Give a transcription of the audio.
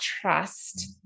trust